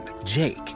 Jake